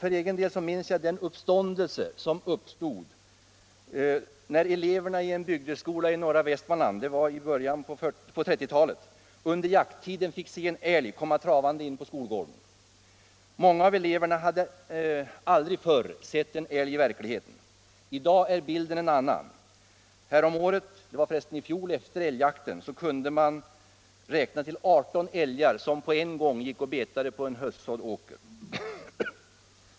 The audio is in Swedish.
För egen del minns jag den uppståndelse som uppstod då eleverna i en bygdeskola i norra Västmanland — det var i början av 1930-talet — under jakttiden fick se en älg komma travande in på skolgården. Många av eleverna hade aldrig förr sett en älg i verkligheten. I dag är bilden en annan. I fjol kunde man i samma trakt dagarna efter älgjakten räkna till 18 älgar, som samtidigt gick och betade på en höstsådd åker.